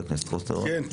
כן.